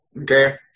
okay